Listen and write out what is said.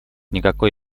никакой